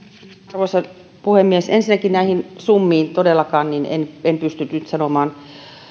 arvoisa puhemies ensinnäkin näihin summiin todellakaan en en pysty nyt sanomaan